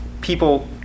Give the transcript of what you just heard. people